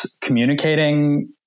communicating